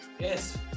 Yes